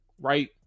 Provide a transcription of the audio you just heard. right